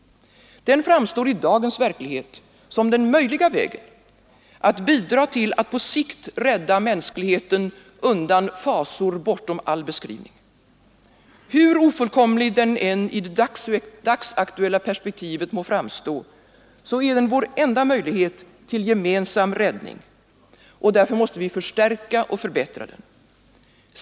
Den framstår i dagens verklighet som den möjliga vägen att bidra till att på sikt rädda mänskligheten undan fasor bortom all beskrivning. Hur ofullkomlig den än i det dagsaktuella perspektivet må förefalla, är den vår enda möjlighet till gemensam räddning, och därför måste vi stärka och förbättra den.